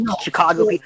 chicago